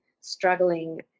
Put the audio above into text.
struggling